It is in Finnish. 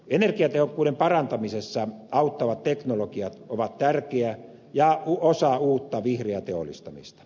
energiatehokkuuden parantamisessa auttavat teknologiat ovat tärkeä osa uutta vihreää teollistamista